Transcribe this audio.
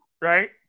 right